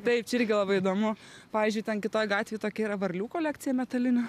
taip čia irgi labai įdomu pavyzdžiui ten kitoj gatvėj tokia yra varlių kolekcija metalinių